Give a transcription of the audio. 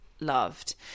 loved